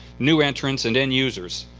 new entrants, and end users.